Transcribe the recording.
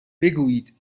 بگویید